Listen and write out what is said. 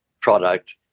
product